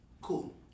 Cool